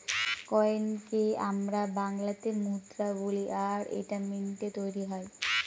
কয়েনকে আমরা বাংলাতে মুদ্রা বলি আর এটা মিন্টৈ তৈরী হয়